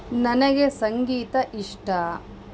ನನಗೆ ಸಂಗೀತ ಇಷ್ಟ